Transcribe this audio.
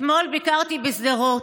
אתמול ביקרתי בשדרות,